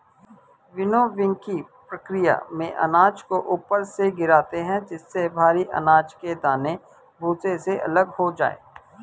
विनोविंगकी प्रकिया में अनाज को ऊपर से गिराते है जिससे भरी अनाज के दाने भूसे से अलग हो जाए